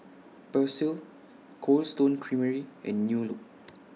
Persil Cold Stone Creamery and New Look